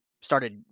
started